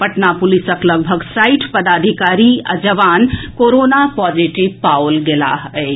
पटना पुलिसक लगभग साठि पदाधिकारी आ जवान कोरोना पॉजिटिव पाओल गेलाह अछि